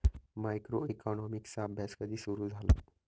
मायक्रोइकॉनॉमिक्सचा अभ्यास कधी सुरु झाला?